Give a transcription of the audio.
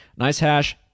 NiceHash